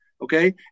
okay